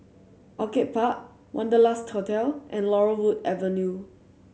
Orchid Park Wanderlust Hotel and Laurel Wood Avenue